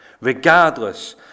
regardless